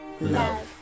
love